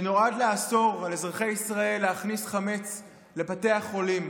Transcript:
שנועד לאסור על אזרחי ישראל להכניס חמץ לבתי החולים,